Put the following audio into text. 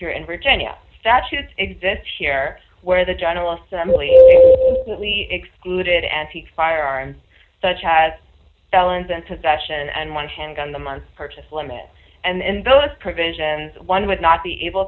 here in virginia statute exists here where the general assembly at least excluded antique firearms such as felons and possession and one handgun the month purchase limits and those provisions one would not be able